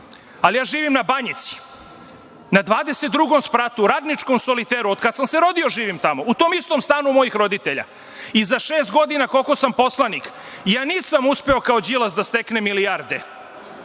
Ja živim na Banjici, na 22 spratu, radničkom soliteru, od kad sam se rodio živim tamo, u tom istom stanu mojih roditelja. Za šest godina, koliko sam poslanik, ja nisam uspeo kao Đilas da steknem milijarde,